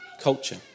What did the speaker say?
culture